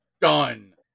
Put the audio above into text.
Done